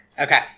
Okay